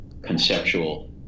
conceptual